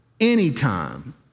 anytime